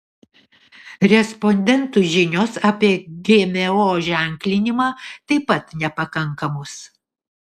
respondentų žinios apie gmo ženklinimą taip pat nepakankamos